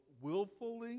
willfully